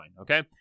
okay